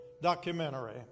documentary